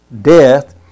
Death